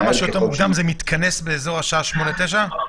כמה שיותר מוקדם זה מתכנס באזור השעה 09:00-08:00?